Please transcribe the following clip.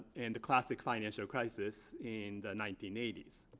and the classic financial crisis in the nineteen eighty s.